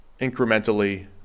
incrementally